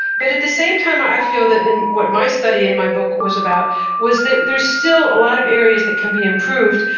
but at the same time i feel that what my study and my book was about was that there are still a lot of areas that can be improved,